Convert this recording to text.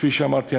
כפי שאמרתי,